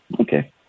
Okay